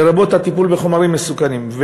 לרבות הטיפול בחומרים מסוכנים.